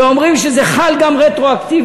ואומרים שזה חל גם רטרואקטיבית,